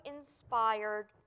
inspired